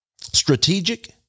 strategic